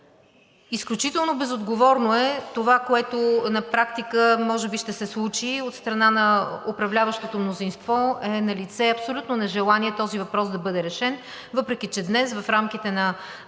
Изключително безотговорно е това, което на практика може би ще се случи. От страна на управляващото мнозинство е налице абсолютно нежелание този въпрос да бъде решен, въпреки че днес в рамките на